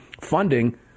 funding